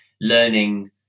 learning